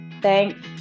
Thanks